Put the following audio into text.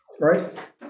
Right